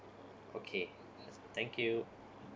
okay thank you